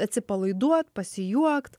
atsipalaiduot pasijuokt